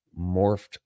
morphed